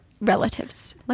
relatives